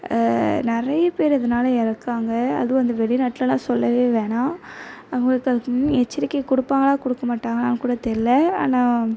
நிறைய பேர் அதனால இறக்காங்க அதுவும் அந்த வெளிநாட்லலாம் சொல்லவே வேணாம் அவங்களுக்கு அதுக்கு முன் எச்சரிக்கை கொடுப்பாங்களா கொடுக்கமாட்டாங்களான்னு கூட தெரில ஆனால்